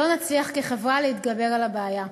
לא נצליח כחברה להתגבר על הבעיה.